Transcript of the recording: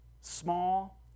Small